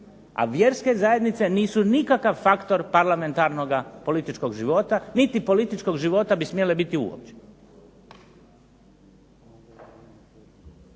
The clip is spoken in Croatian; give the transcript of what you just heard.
a vjerske zajednice nisu nikakav faktor parlamentarnoga političkog života, niti političkog života bi smjele biti uopće.